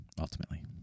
Ultimately